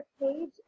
page